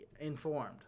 informed